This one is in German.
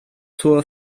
zur